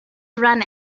ran